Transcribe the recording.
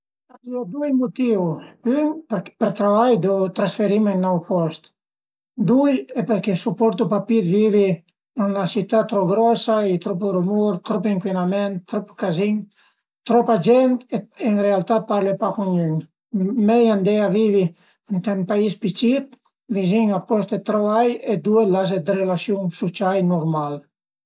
A i sun dui mutìu: ün perché për travai deu trasferime ën ün aut post, dui perché suportu pa pi d'vivi ën 'na sità trop grosa, a ie trop rümur, trop ëncuinament, trop cazin, tropa gent e ën realtà parle pa cun gnün, mei andé a vivi ënt ün pais pi cit, vizin al post d'travai e ëndua l'as dë relasiun sucial nurmal